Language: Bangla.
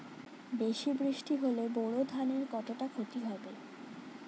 বেশি বৃষ্টি হলে বোরো ধানের কতটা খতি হবে?